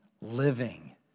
living